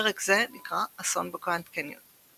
פרק זה נקרא "אסון בגרנד קניון".